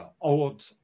old